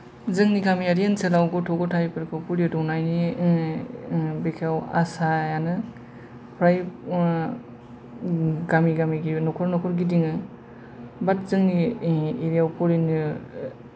जोंनि गामियारि ओनसोलाव गथ' गथाइफोरखौ पलिअ दौनायनि बेलायाव आशायानो फ्राय गामि गामि न'खर न'खर गिदिङो बात जोंनि एरियाआव पलिअनि